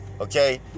okay